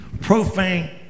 profane